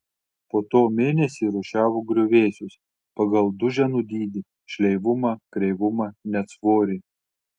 po to mėnesį rūšiavo griuvėsius pagal duženų dydį šleivumą kreivumą net svorį